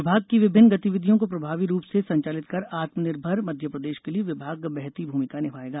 विभाग की विभिन्न गतिविधियों को प्रभावी रूप से संचालित कर आत्मनिर्भर मध्यप्रदेश के लिये विभाग महती भूमिका निभाएगा